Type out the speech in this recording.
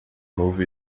novo